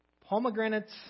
pomegranates